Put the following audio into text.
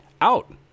out